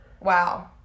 wow